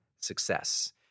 success